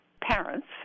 parents